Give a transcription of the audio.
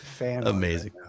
amazing